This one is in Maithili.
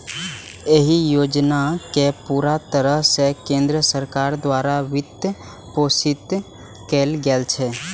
एहि योजना कें पूरा तरह सं केंद्र सरकार द्वारा वित्तपोषित कैल जाइ छै